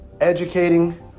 educating